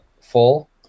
full